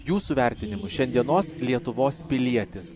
jūsų vertinimu šiandienos lietuvos pilietis